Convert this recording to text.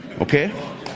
okay